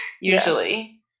usually